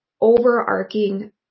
overarching